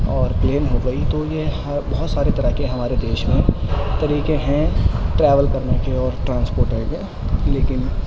اور پلین ہو گئی تو یہ بہت ساری طرح کے ہمارے دیش میں طریقے ہیں ٹریول کرنے کے اور ٹرانسپوٹر کے لیکن